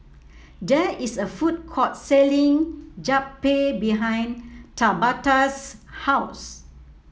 there is a food court selling Japchae behind Tabatha's house